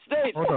States